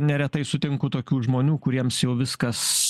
ne retai sutinku tokių žmonių kuriems jau viskas